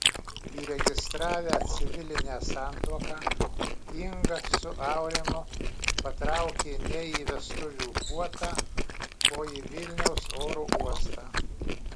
įregistravę civilinę santuoką inga su aurimu patraukė ne į vestuvių puotą o į vilniaus oro uostą